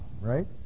right